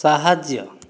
ସାହାଯ୍ୟ